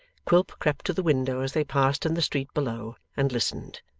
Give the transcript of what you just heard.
quilp crept to the window as they passed in the street below, and listened.